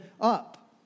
up